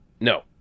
No